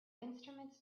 instruments